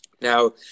Now